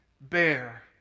bear